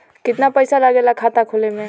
कितना पैसा लागेला खाता खोले में?